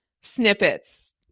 snippets